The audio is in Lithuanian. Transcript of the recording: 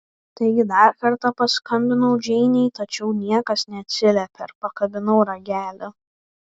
taigi dar kartą paskambinau džeinei tačiau niekas neatsiliepė ir pakabinau ragelį